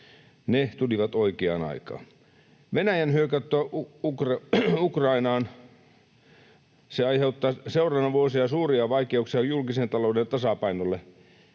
Ne tulivat oikeaan aikaan. Venäjän hyökkäys Ukrainaan aiheuttaa seuraavina vuosina suuria vaikeuksia julkisen talouden tasapainolle.